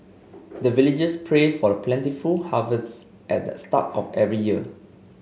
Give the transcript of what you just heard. the villagers pray for plentiful harvest at the start of every year